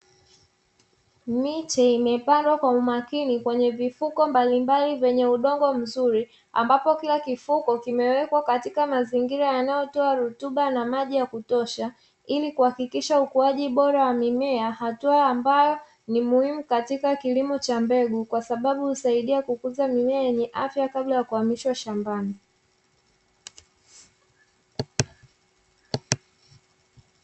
Miche imepandwa kwa umakini kwenye vifuko mbalimbali vyenye udongo mzuri ambapo kila kifuko kimewekwa katika mazingira yanayotoa rutuba na maji yakutosha, ili kuhakikisha ukuaji bora wa mimea hatua ambayo ni muhimu katika kilimo cha mbegu kwa sababu husaidia kukuza mimea yenye afya kabla ya kuhamishwa shambani.